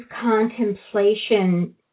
contemplation